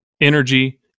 energy